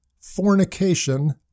fornication